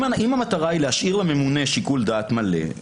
אם המטרה היא להשאיר לממונה שיקול דעת מלא,